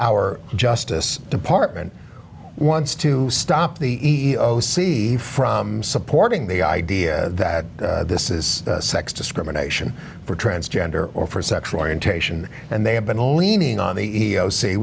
our justice department wants to stop the e e o c from supporting the idea that this is sex discrimination for transgender or for sexual orientation and they